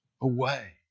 away